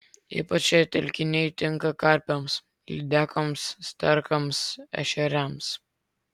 ypač šie telkiniai tinka karpiams lydekoms sterkams ešeriams